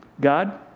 God